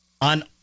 on